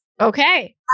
Okay